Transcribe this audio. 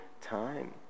time